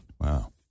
Wow